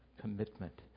commitment